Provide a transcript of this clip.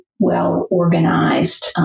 well-organized